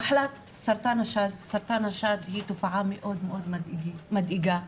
סרטן השד היא תופעה מאוד מדאיגה.